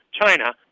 China